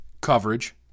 Coverage